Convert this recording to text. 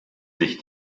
sich